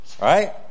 Right